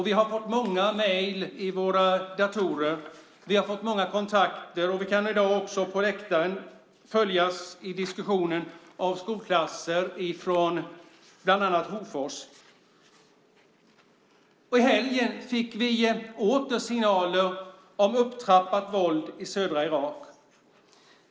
Vi har fått många mejl i våra datorer. Vi har fått många kontakter. I dag kan också vår diskussion följas från läktaren av skolklasser från bland annat Hofors. I helgen fick vi åter signaler om upptrappat våld i södra Irak.